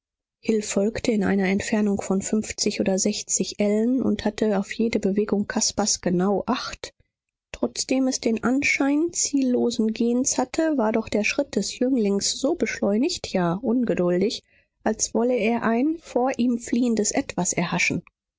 folgte in einer entfernung von fünfzig oder sechzig ellen und hatte auf jede bewegung caspars genau acht trotzdem es den anschein ziellosen gehens hatte war doch der schritt des jünglings so beschleunigt ja ungeduldig als wolle er ein vor ihm fliehendes etwas erhaschen